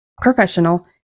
professional